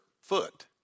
foot